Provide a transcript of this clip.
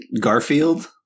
Garfield